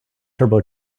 turbo